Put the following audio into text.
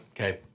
Okay